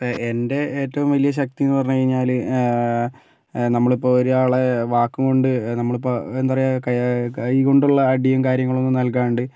ഇപ്പോൾ എൻറെ ഏറ്റവും വലിയ ശക്തി എന്ന് പറഞ്ഞ് കഴിഞ്ഞാൽ നമ്മള് ഇപ്പോൾ ഒരാളെ വാക്കുകൊണ്ട് നമ്മളിപ്പോൾ എന്താ പറയുക കൈകൊണ്ടുള്ള അടിയും കാര്യങ്ങളൊന്നും നൽകാണ്ട്